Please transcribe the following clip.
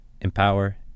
empower